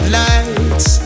lights